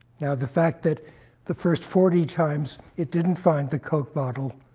now, the fact that the first forty times, it didn't find the coke bottle